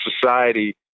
society